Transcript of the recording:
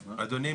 אדוני,